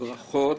ברכות.